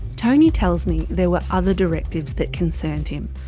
tony tells me there were other directives that concerned him.